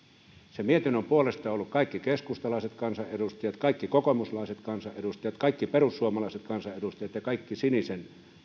sen mietinnön puolesta ovat olleet kaikki keskustalaiset kansanedustajat kaikki kokoomuslaiset kansanedustajat kaikki perussuomalaiset kansanedustajat ja kaikki sinisen